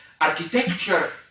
architecture